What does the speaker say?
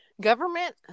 government